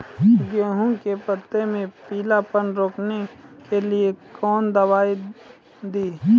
गेहूँ के पत्तों मे पीलापन रोकने के कौन दवाई दी?